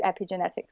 epigenetics